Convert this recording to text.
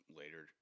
later